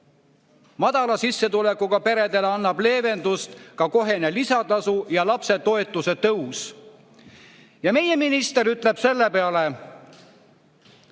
Madala sissetulekuga peredele annab leevendust ka kohene lisatasu ja lapsetoetuse tõus." Ja meie minister ütleb selle peale: